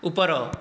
ଉପର